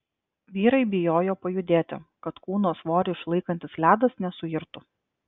vyrai bijojo pajudėti kad kūno svorį išlaikantis ledas nesuirtų